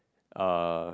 uh